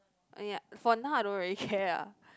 oh ya for now I don't really care ah